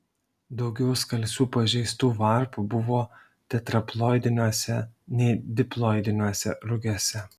daugiau skalsių pažeistų varpų buvo tetraploidiniuose nei diploidiniuose rugiuose